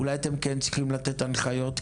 אולי אתם כן צריכים לתת הנחיות?